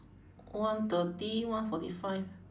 one thirty one forty five